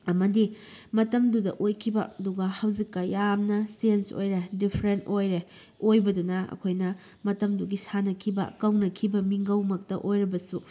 ꯑꯃꯗꯤ ꯃꯇꯝꯗꯨꯗ ꯑꯣꯏꯈꯤꯕ ꯑꯗꯨꯒ ꯍꯧꯖꯤꯛꯀ ꯌꯥꯝꯅ ꯆꯦꯟꯁ ꯑꯣꯏꯔꯦ ꯗꯤꯐ꯭ꯔꯦꯟ ꯑꯣꯏꯔꯦ ꯑꯣꯏꯕꯗꯨꯅ ꯑꯩꯈꯣꯏꯅ ꯃꯇꯝꯗꯨꯒꯤ ꯁꯥꯟꯅꯈꯤꯕ ꯀꯧꯅꯈꯤꯕ ꯃꯤꯡꯒꯧꯃꯛꯇ ꯑꯣꯏꯔꯕꯁꯨ